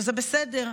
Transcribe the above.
שזה בסדר.